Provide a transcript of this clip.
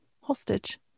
hostage